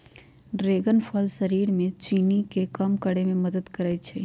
dragon फल शरीर में चीनी के कम करे में मदद करई छई